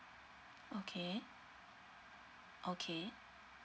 okay okay